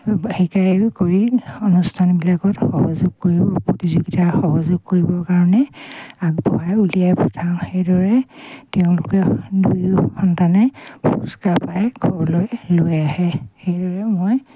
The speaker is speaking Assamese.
শিকাই কৰি অনুষ্ঠানবিলাকত সহযোগ কৰিব প্ৰতিযোগিতা সহযোগ কৰিবৰ কাৰণে আগবঢ়াই উলিয়াই পঠিয়াওঁ সেইদৰে তেওঁলোকে দুয়ো সন্তানে পুৰস্কাৰ পাই ঘৰলৈ লৈ আহে সেইদৰে মই